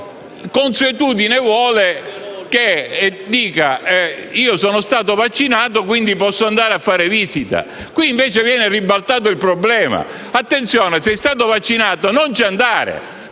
consuetudine vuole che, se sono stato vaccinato, io possa andare a fargli visita. Qui invece viene ribaltato il problema: attenzione, sei stato vaccinato? Non ci andare.